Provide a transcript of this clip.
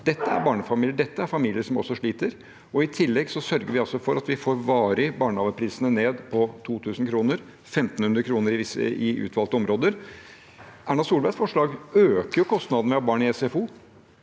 Dette er barnefamilier, dette er familier som også sliter. I tillegg sørger vi altså for at vi får barnehageprisene varig ned på 2 000 kr, 1 500 kr i utvalgte områder. Erna Solbergs forslag øker kostnadene ved å ha barn i SFO.